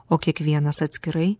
o kiekvienas atskirai